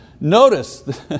Notice